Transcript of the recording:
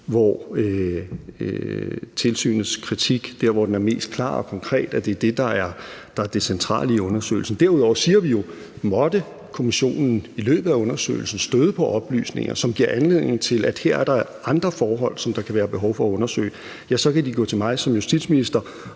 hvor tilsynets kritik der, hvor den er mest klar og konkret, er det centrale i undersøgelsen. Derudover siger vi jo: Måtte kommissionen i løbet af undersøgelsen støde på oplysninger, som giver anledning til, at der er andre forhold, der kan være behov for at undersøge, så kan de gå til mig som justitsminister,